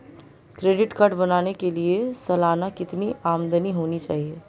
Credit card बनाने के लिए सालाना कितनी आमदनी होनी चाहिए?